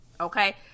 Okay